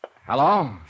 Hello